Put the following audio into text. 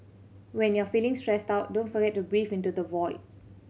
when you are feeling stressed out don't forget to breathe into the void